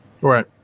Right